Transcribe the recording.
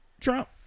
Trump